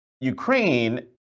Ukraine